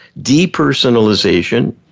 depersonalization